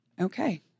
Okay